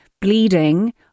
bleeding